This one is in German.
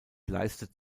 leistet